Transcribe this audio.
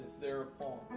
thereupon